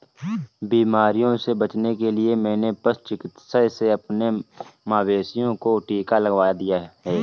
बीमारियों से बचने के लिए मैंने पशु चिकित्सक से अपने मवेशियों को टिका लगवा दिया है